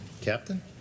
Captain